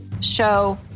show